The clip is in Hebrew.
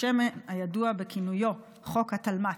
הידוע בכינויו חוק התלמ"ת.